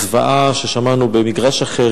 הזוועה ששמענו במגרש אחר,